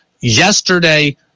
Yesterday